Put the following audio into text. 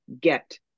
get